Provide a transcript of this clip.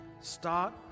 Start